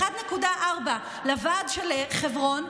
1.4 מיליון לוועד של חברון,